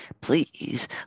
please